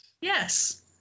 Yes